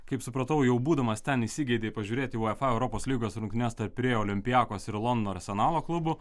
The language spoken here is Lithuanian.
kaip supratau jau būdamas ten įsigeidei pažiūrėti uefa europos lygos rungtynes tarp pirėjo olympiakos ir londono arsenalo klubų